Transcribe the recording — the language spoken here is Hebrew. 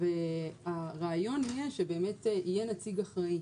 אז הרעיון יהיה שבאמת יהיה נציג אחראי.